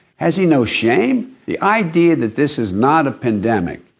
has he no shame? the idea that this is not a pandemic,